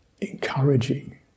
encouraging